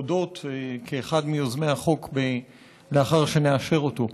כאחד מיוזמי החוק, לאחר שנאשר אותו.